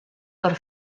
per